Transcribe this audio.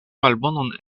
malbonon